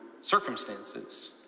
circumstances